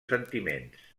sentiments